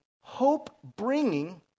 hope-bringing